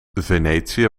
venetië